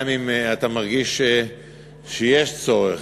גם אם אתה מרגיש שיש צורך.